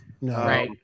no